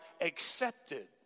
accepted